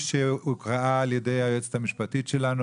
שהוקראה על ידי היועצת המשפטית שלנו.